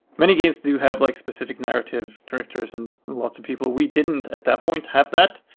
many games do have like specific narrative directors and lots of people we didn't, at that point, have that.